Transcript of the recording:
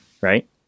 right